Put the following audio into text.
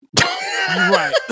Right